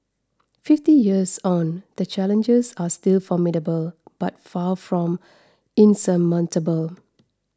fifty years on the challenges are still formidable but far from insurmountable